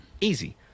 easy